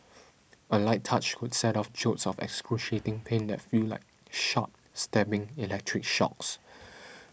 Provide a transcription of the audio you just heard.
a light touch could set off jolts of excruciating pain that feel like sharp stabbing electric shocks